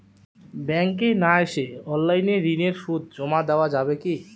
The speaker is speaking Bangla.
ব্যাংকে না এসে অনলাইনে ঋণের সুদ জমা দেওয়া যাবে কি?